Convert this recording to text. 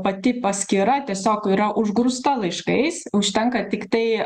pati paskyra tiesiog yra užgrūsta laiškais užtenka tiktai